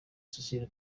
cecile